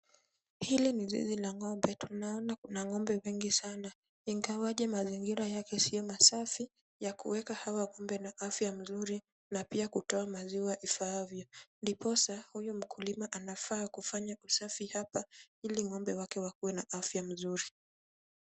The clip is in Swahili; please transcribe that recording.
Hili ni zizi la ngombe. Tunaona kuna ngombe wengi sana ingawaje mazingira yake si masafi ya kuweka hawa ngombe na afya nzuri na pia kutoa maziwa ifaavyo. Ndiposa huyu mkulima anafaa kufanya usafi hapa ili ngombe wake wawe na afya mzuri.